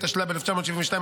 התשל"ב 1972,